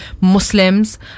Muslims